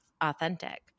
authentic